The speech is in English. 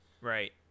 Right